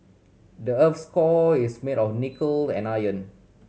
the earth's core is made of nickel and iron